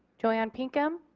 joanne pinkham.